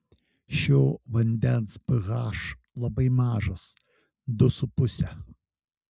šio vandens ph labai mažas du su puse